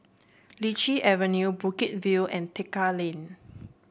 Lichi Avenue Bukit View and Tekka Lane